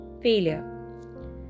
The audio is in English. failure